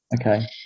Okay